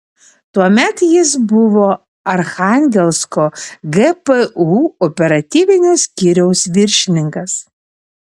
tuomet jis buvo archangelsko gpu operatyvinio skyriaus viršininkas